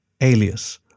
Alias